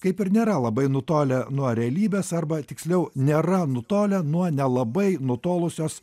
kaip ir nėra labai nutolę nuo realybės arba tiksliau nėra nutolę nuo nelabai nutolusios